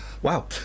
Wow